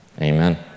amen